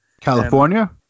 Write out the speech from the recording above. California